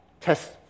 test